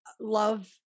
love